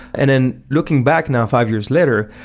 and then looking back now five years later,